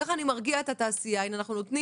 ככה אנחנו מרגיעים את התעשייה - אנחנו נותנים